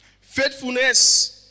Faithfulness